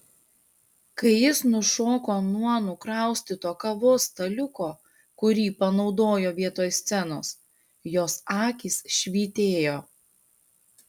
kai jis nušoko nuo nukraustyto kavos staliuko kurį panaudojo vietoj scenos jos akys švytėjo